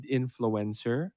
influencer